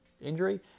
injury